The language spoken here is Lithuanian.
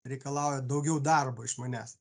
reikalauja daugiau darbo iš manęs